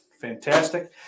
fantastic